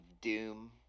doom